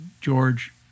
George